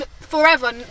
forever